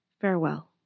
farewell